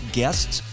guests